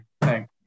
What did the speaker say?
thanks